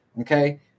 okay